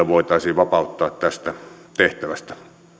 voitaisiin vapauttaa tehtävästä